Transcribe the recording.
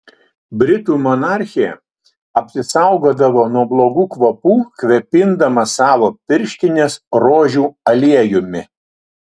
britų monarchė apsisaugodavo nuo blogų kvapų kvėpindama savo pirštines rožių aliejumi